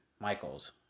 Michaels